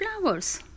flowers